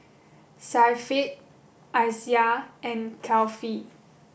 Syafiq Aisyah and Kefli